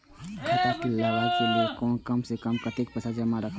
खाता चलावै कै लैल कम से कम कतेक पैसा जमा रखवा चाहि